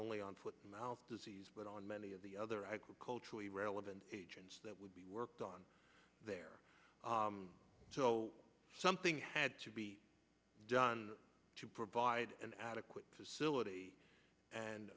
only on foot and mouth disease but on many of the other culturally relevant that would be worked on there so something had to be done to provide an adequate facility and